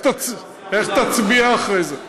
איך תצביע אחרי זה?